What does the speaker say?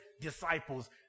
disciples